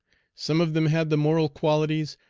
some of them had the moral qualities,